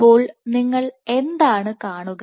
അപ്പോൾ നിങ്ങൾ എന്താണ് കാണുക